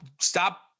stop